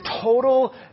total